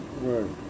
Right